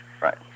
Right